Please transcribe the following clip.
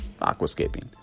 aquascaping